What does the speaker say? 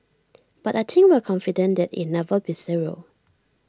but I think we're confident that it'll never be zero